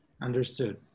Understood